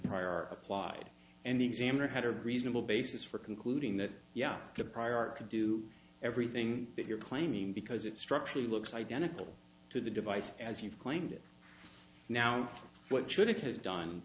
prior applied and the examiner had a reasonable basis for concluding that yeah the prior art to do everything that you're claiming because it structurally looks identical to the device as you've claimed it now what should it has done